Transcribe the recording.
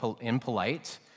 impolite